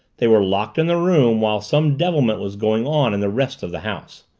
they were locked in the room while some devilment was going on in the rest of the house.